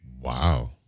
Wow